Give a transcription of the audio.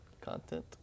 content